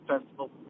festival